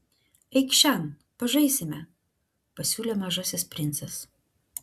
eikš šen pažaisime pasiūlė mažasis princas